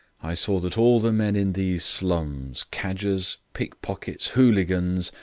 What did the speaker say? i saw that all the men in these slums, cadgers, pickpockets, hooligans,